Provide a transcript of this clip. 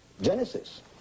Genesis